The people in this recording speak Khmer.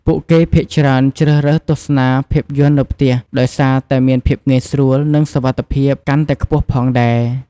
ពួកគេភាគច្រើនជ្រើសរើសទស្សនាភាពយន្តនៅផ្ទះ ដោយសារតែមានភាពងាយស្រួល និងសុវត្ថិភាពកាន់តែខ្ពស់ផងដែរ។